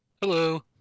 Hello